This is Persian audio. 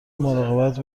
مراقبت